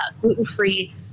gluten-free